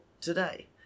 today